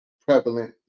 prevalent